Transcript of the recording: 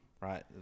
Right